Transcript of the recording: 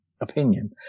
opinion